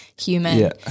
human